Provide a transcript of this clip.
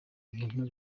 bintu